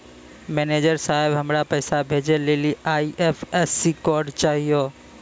manager साहब, हमरा पैसा भेजै लेली आई.एफ.एस.सी कोड चाहियो